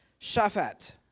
Shaphat